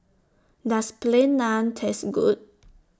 Does Plain Naan Taste Good